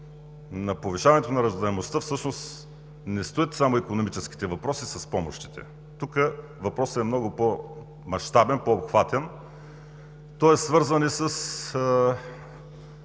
на повишаването на раждаемостта не стоят само икономическите въпроси с помощите. Тук въпросът е много по-мащабен, по-обхватен. Той е свързан и